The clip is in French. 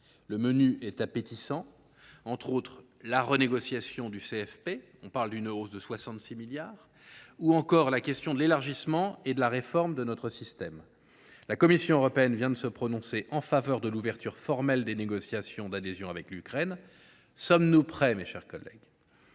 Le menu est appétissant, avec entre autres la renégociation du CFP – on parle d’une hausse de 66 milliards d’euros – ou encore les questions de l’élargissement et de la réforme de notre système. La Commission européenne vient de se prononcer en faveur de l’ouverture formelle des négociations d’adhésion avec l’Ukraine. Sommes nous prêts ? Au delà de